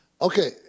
Okay